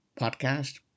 podcast